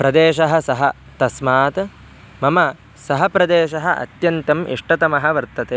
प्रदेशः सः तस्मात् मम सः प्रदेशः अत्यन्तम् इष्टतमः वर्तते